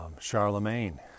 Charlemagne